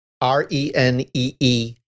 R-E-N-E-E